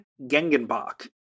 Gengenbach